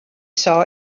saw